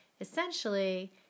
Essentially